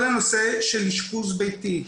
כל הנושא של אשפוז ביתי.